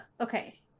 Okay